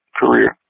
career